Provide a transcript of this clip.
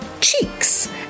Cheeks